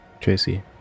Tracy